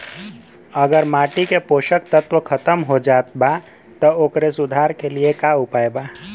अगर माटी के पोषक तत्व खत्म हो जात बा त ओकरे सुधार के लिए का उपाय बा?